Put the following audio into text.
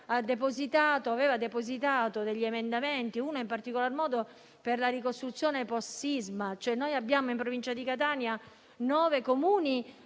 aveva depositato degli emendamenti, uno in particolar modo per la ricostruzione *post* sisma. In Provincia di Catania vi sono